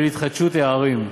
ולהתחדשות ערים.